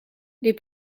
les